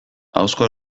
ahozko